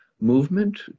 movement